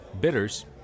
bitters